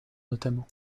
notamment